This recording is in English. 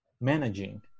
managing